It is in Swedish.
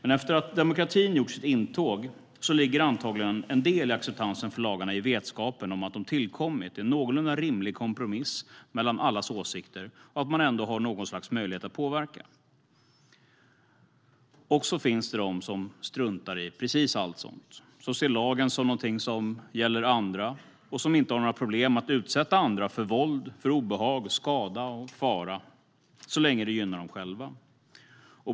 Efter att demokratin gjort sitt intåg ligger antagligen en del i acceptansen för lagarna i vetskapen om att de har tillkommit genom en någorlunda rimlig kompromiss mellan allas åsikter och att man ändå har något slags möjlighet att påverka. Sedan finns det de som struntar i precis allt sådant, som ser lagen som någonting som gäller andra och som inte har några problem att utsätta andra för våld, obehag, skada och fara, så länge det gynnar dem själva.